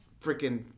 freaking